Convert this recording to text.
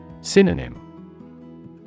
Synonym